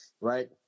right